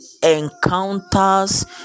encounters